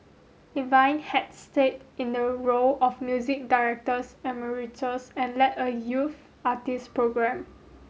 Levine had stayed in a role of music directors emeritus and led a youth artist program